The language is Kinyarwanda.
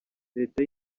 leta